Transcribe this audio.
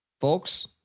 folks